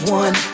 one